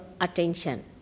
attention